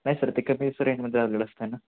नाही सर ते कमी युसर एन्डमध्ये अवेलेबल असतं ना